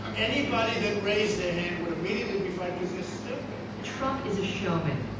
anybody that raised their hand would immediately be fired, cause they're stupid. trump is a showman.